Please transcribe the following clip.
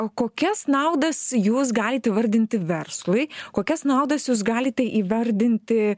o kokias naudas jūs galit įvardinti verslui kokias naudas jūs galite įvardinti